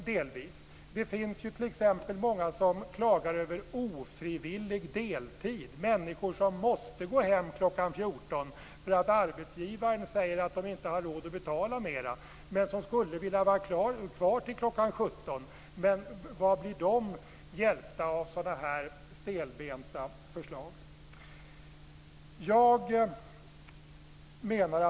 Det finns många som klagar över ofrivillig deltid - människor som måste gå hem kl. 14 för att arbetsgivaren säger att man inte har råd att betala mer. De skulle vilja vara kvar till kl. 17. Hur blir de hjälpta av så här stelbenta förslag?